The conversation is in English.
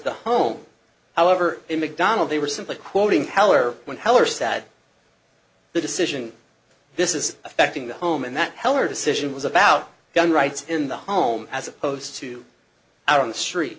the home however in mcdonald they were simply quoting heller when heller sad the decision this is affecting the home and that heller decision was about gun rights in the home as opposed to out on the street